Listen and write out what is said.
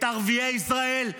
את ערביי ישראל,